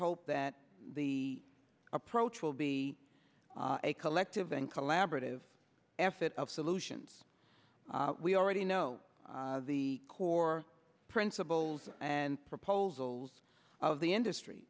hope that the approach will be a collective and collaborative effort of solutions we already know the core principles and proposals of the industry